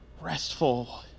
restful